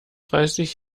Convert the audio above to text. dreißig